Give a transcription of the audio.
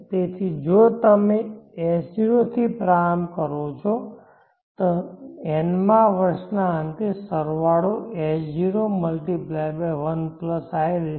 તેથી જો તમે S0 થી પ્રારંભ કરો છો તો નવમા વર્ષના અંતે સરવાળો S0×1in